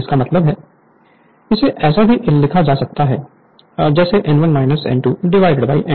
इसका मतलब है इसे ऐसा भी लिखा जा सकता है जैसे N1 N2 divided by N2